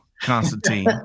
Constantine